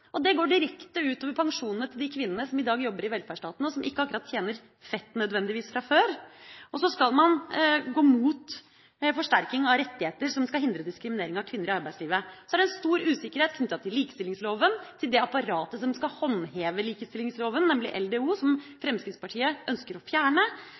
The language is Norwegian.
noe som går direkte ut over pensjonene til de kvinnene som i dag jobber i velferdsstaten, og som ikke akkurat tjener fett – nødvendigvis – fra før, og man skal gå mot forsterking av rettigheter som skal hindre diskriminering av kvinner i arbeidslivet. Det er stor usikkerhet knyttet til likestillingslova og til det apparatet som skal håndtere likestillingslova, nemlig LDO, som Fremskrittspartiet ønsker å fjerne.